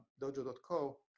dojo.co